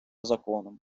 законом